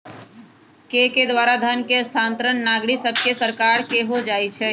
के द्वारा धन के स्थानांतरण नागरिक सभसे सरकार के हो जाइ छइ